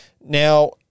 Now